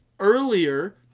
Earlier